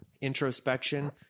introspection